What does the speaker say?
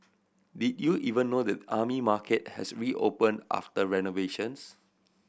did you even know that the Army Market has reopened after renovations